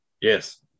Yes